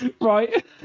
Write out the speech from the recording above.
right